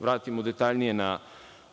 vratimo detaljnije na